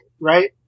right